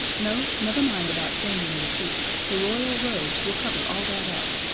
no, never mind about changing your suit the royal robes will cover all that up.